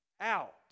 out